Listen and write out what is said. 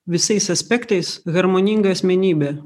visais aspektais harmoningą asmenybę